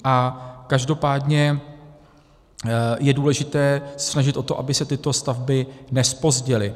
A každopádně je důležité se snažit o to, aby se tyto stavby nezpozdily.